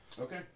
okay